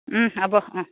হ'ব অঁ